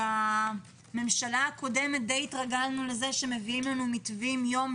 בממשלה הקודמת די התרגלנו לזה שמביאים לנו מתווים יום,